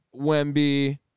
Wemby